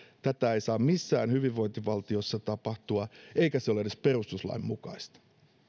tätä ei saa missään hyvinvointivaltiossa tapahtua eikä se ole edes perustuslain mukaista